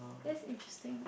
that's interesting